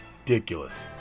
ridiculous